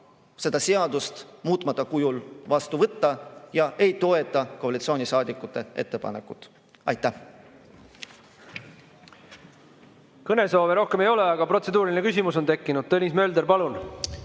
seda seadust muutmata kujul vastu võtta ega toeta koalitsioonisaadikute ettepanekut. Aitäh! Kõnesoove rohkem ei ole, aga protseduuriline küsimus on tekkinud. Tõnis Mölder, palun!